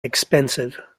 expensive